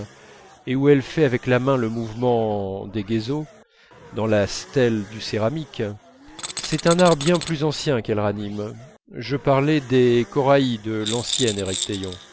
et où elle fait avec la main le mouvement d'hégeso dans la stèle du céramique c'est un art bien plus ancien qu'elle ranime je parlais des koraï de l'ancien